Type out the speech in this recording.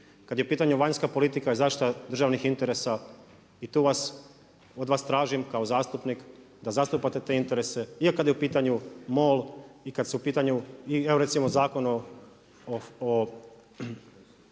Kad je u pitanju vanjska politika i zaštita državnih interesa i tu od vas tražim kao zastupnik da zastupate te interese i kad je u pitanju MOL i kad su u pitanju i evo recimo Zakon o